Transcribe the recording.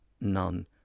none